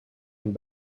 een